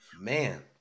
man